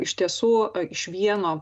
iš tiesų iš vieno